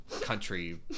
country